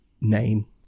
name